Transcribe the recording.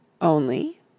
Only